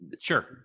Sure